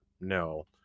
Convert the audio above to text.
no